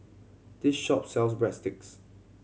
this shop sells Breadsticks